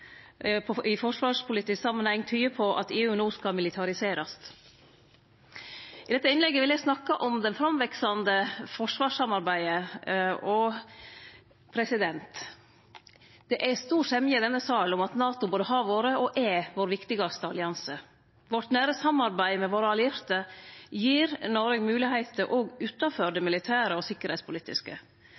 initiativ i forsvarspolitisk samanheng tyder på at EU no skal militariserast. I dette innlegget vil eg snakke om det framveksande forsvarssamarbeidet. Det er stor semje i denne sal om at NATO både har vore og er vår viktigaste allianse. Vårt nære samarbeid med våre allierte gir Noreg moglegheiter også utanfor det militære og sikkerheitspolitiske.